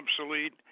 obsolete